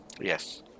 yes